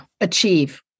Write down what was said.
Achieve